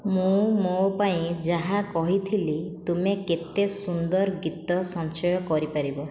ମୁଁ ମୋ ପାଇଁ ଯାହା କହିଥିଲି ତୁମେ କେତେ ସୁନ୍ଦର ଗୀତ ସଞ୍ଚୟ କରିପାରିବ